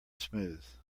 smooth